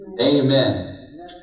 amen